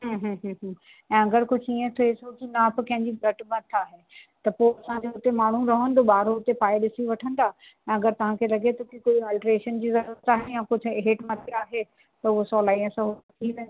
हम्म हम्म ऐं अगरि हीअं कुझु थिए थो कि नाप कंहिं जी घटि वधि आहे त पोइ असांजो हुते माण्हू रहंदो ॿार हुते पाए करे ॾिसी वठंदा ऐं अगरि तव्हांखे लॻे थो कि कोई ऑल्ट्रेशन जी ज़रूरत आहे या कुझु हेठि मथे आहे त हू सवलाई सां थी वेंदो